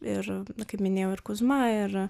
ir kaip minėjau ir kuzma ir